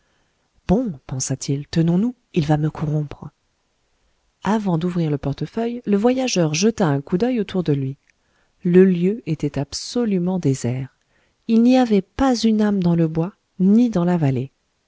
bon pensa-t-il tenons-nous il va me corrompre avant d'ouvrir le portefeuille le voyageur jeta un coup d'oeil autour de lui le lieu était absolument désert il n'y avait pas une âme dans le bois ni dans la vallée